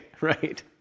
right